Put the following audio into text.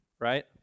right